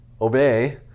obey